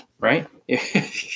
right